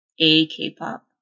A-K-pop